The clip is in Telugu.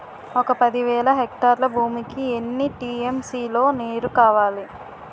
ఒక పది వేల హెక్టార్ల భూమికి ఎన్ని టీ.ఎం.సీ లో నీరు కావాలి?